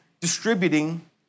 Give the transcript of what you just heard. distributing